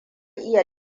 iya